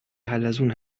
حلزون